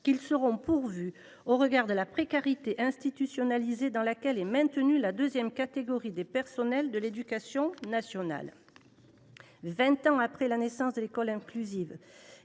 postes seront pourvus, au regard de la précarité institutionnalisée dans laquelle est maintenue la deuxième catégorie des personnels de l’éducation nationale. Vingt ans après la naissance de l’école inclusive,